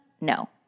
no